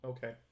Okay